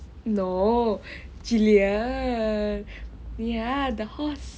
no gillian ya the horse